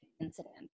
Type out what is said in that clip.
incident